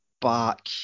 back